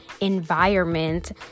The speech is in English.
environment